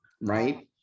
right